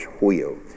wheel